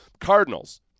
Cardinals